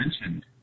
mentioned